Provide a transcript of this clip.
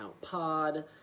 pod